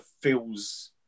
feels